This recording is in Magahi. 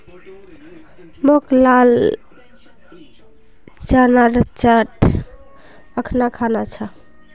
मोक लाल चनार चाट अखना खाना छ